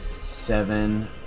seven